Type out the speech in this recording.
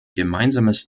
gemeinsames